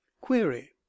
Query